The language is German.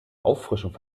auffrischung